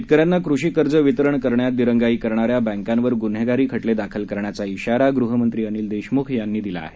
शेतकऱ्यांना कृषी कर्ज वितरण करण्यात दिरंगाई करणाऱ्या बँकांवर गुन्हेगारी खटले दाखल करण्याचा शिवा गृहमंत्री अनिल देशमुख यांनी दिला आहे